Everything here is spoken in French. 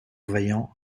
vaillant